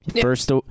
First